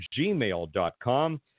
gmail.com